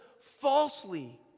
falsely